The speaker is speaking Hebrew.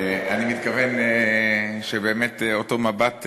אני מתכוון שבאמת אותו מבט,